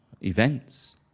events